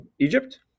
Egypt